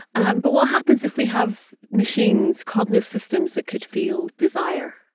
um but what happens if we have machines, cognitive systems that could feel desire,